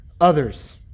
others